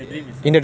ya